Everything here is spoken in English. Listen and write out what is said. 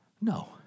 No